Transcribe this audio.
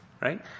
right